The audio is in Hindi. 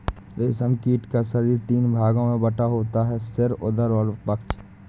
रेशम कीट का शरीर तीन भागों में बटा होता है सिर, उदर और वक्ष